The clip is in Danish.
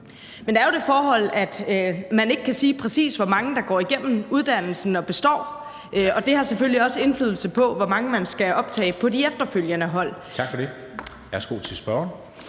Men der er jo det forhold, at man ikke kan sige, præcis hvor mange der går igennem uddannelsen og består, og det har selvfølgelig også indflydelse på, hvor mange man skal optage på de efterfølgende hold. Kl. 15:34 Formanden